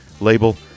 label